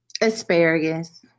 asparagus